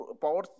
power